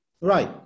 Right